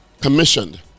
commissioned